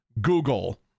Google